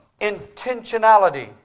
intentionality